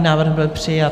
Návrh byl přijat.